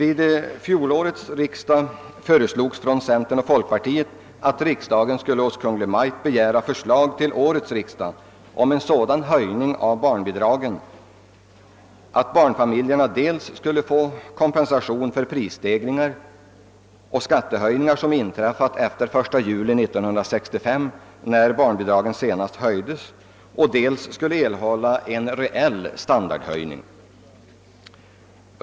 I fjol föreslogs av centerpartiet och folkpartiet att riksdagen skulle hos Kungl. Maj:t begära framläggandet av förslag vid årets riksdag om en sådan höjning av barnbidragen att barnfamiljerna dels skulle få kompensation för prisstegringar och skattehöjningar som inträffat efter den 1 juli 1965, när barnbidraget senast höjdes, och dels skulle erhålla en reell standardhöjning.